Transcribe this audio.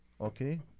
okay